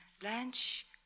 Blanche